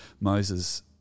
Moses